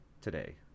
today